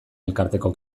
elkarteko